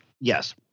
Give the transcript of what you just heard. yes